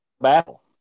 battle